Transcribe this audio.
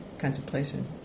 contemplation